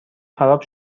خراب